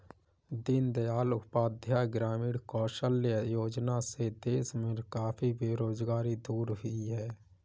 दीन दयाल उपाध्याय ग्रामीण कौशल्य योजना से देश में काफी बेरोजगारी दूर हुई है